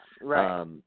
right